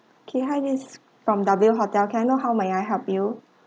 okay hi this from W hotel can I how may I help you